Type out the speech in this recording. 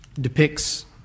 depicts